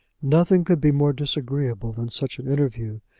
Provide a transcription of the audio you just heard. nothing could be more disagreeable than such an interview,